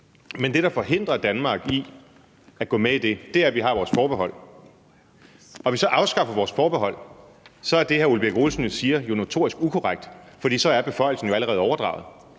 at det, der forhindrer Danmark i at gå med i det, er, at vi har vores forbehold, og vi så afskaffer vores forbehold, så er det, hr. Ole Birk Olesen siger, jo notorisk ukorrekt, for så er beføjelsen jo allerede overdraget.